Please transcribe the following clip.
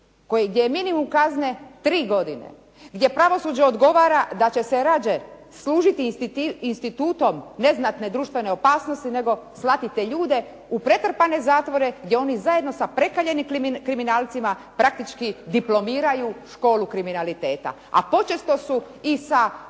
kojeg je minimum kazne 3 godine, gdje pravosuđe odgovara da će se radije služiti institutom neznatne društvene opasnosti nego slati te ljude u pretrpane zatvore gdje oni zajedno sa prekaljenim kriminalcima praktički diplomiraju školu kriminaliteta, a počesto su i sa